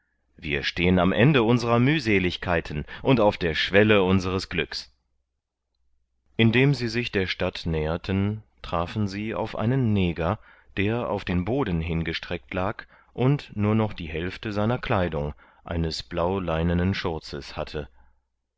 wir stehen am ende unserer mühseligkeiten und auf der schwelle unseres glücks indem sie sich der stadt näherten trafen sie auf einen neger der auf den boden hingestreckt lag und nur noch die hälfte seiner kleidung eines blauleinenen schurzes hatte